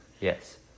Yes